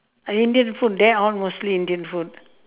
uh indian food there all mostly indian food